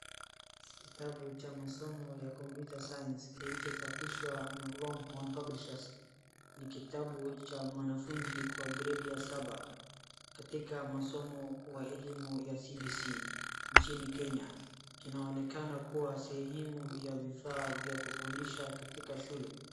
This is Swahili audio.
Kitabu cha masomo ya computer science , kilichochapishwa na Longhorn Publishers, ni kitabu cha mwanafunzi kwa gredi ya saba, katika masomo wa elimu ya CBC nchini Kenya enya, kinaonekana kuwa sehemu ya vifaa vya kufundisha katika shule.